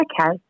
Okay